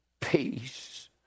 Peace